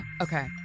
Okay